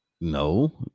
No